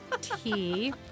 tea